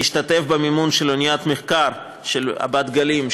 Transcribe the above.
להשתתף במימון של אוניית המחקר "בת גלים",